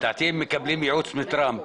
לדעתי הם מקבלים ייעוץ מטראמפ.